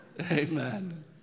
Amen